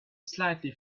slightly